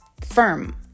firm